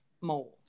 More